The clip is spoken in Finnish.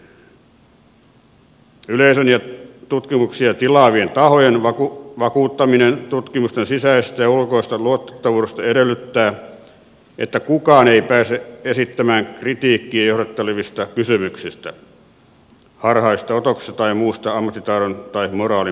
yleisön ja tutkimuksia tilaavien tahojen vakuuttaminen tutkimusten sisäisestä ja ulkoisesta luotettavuudesta edellyttää että kukaan ei pääse esittämään kritiikkiä johdattelevista kysymyksistä harhaisista otoksista tai muusta ammattitaidon tai moraalin puutteesta